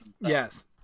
yes